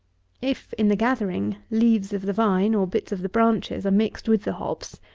if, in the gathering, leaves of the vine or bits of the branches are mixed with the hops,